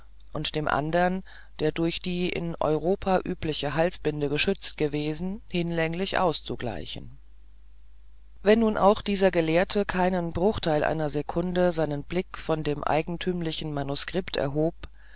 und dem anderen der durch die in europa übliche halsbinde geschützt gewesen hinlänglich auszugleichen wenn nun auch dieser gelehrte keinen bruchteil einer sekunde seinen blick von dem eigentümlichen manuskript erhob